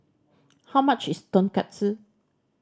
how much is Tonkatsu